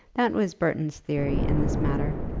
that was burton's theory in this matter.